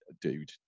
dude